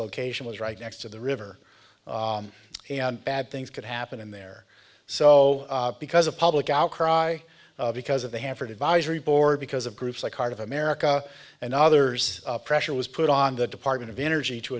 location was right next to the river and bad things could happen in there so because a public outcry because of they have heard advisory board because of groups like heart of america and others pressure was put on the department of energy to